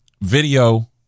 video